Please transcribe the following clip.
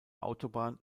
autobahn